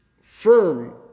firm